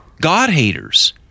God-haters